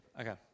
Okay